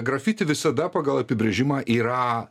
grafiti visada pagal apibrėžimą yra